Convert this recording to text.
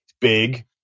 big